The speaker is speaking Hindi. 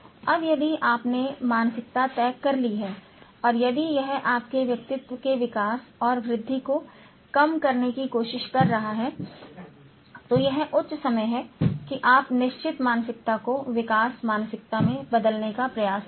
अब यदि आपने मानसिकता तय कर ली है और यदि यह आपके व्यक्तित्व के विकास और वृद्धि को कम करने की कोशिश कर रहा है तो यह उच्च समय है कि आप निश्चित मानसिकता को विकास मानसिकता में बदलने का प्रयास करें